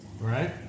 right